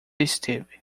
esteve